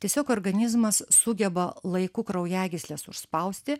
tiesiog organizmas sugeba laiku kraujagysles užspausti